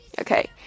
Okay